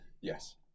Yes